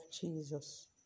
Jesus